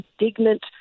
indignant